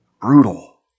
Brutal